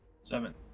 Seven